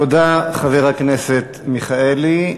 תודה, חבר הכנסת מיכאלי.